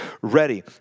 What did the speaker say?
ready